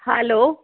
hello